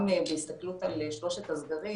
גם בהסתכלות על שלושת הסגרים.